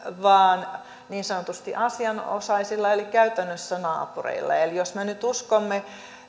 vaan niin sanotusti asianosaisilla eli käytännössä naapureilla eli jos me nyt uskomme